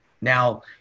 Now